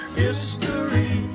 history